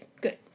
good